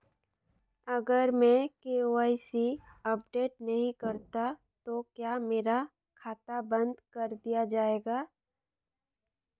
अगर मैं KYC update नहीं करता तो क्या मेरा खाता बंद कर दिया जाएगा?